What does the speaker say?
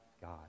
god